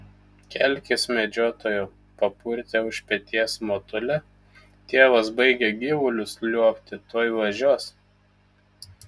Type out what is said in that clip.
kelkis medžiotojau papurtė už peties motulė tėvas baigia gyvulius liuobti tuoj važiuos